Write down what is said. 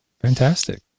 Fantastic